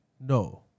No